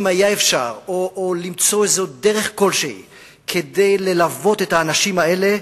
אם היה אפשר למצוא דרך כלשהי ללוות את האנשים האלה